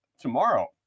tomorrow